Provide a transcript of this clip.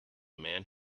man